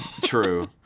True